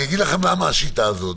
אני אגיד לכם למה השיטה הזאת.